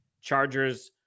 Chargers